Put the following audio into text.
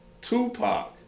Tupac